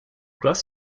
grass